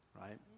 right